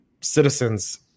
citizens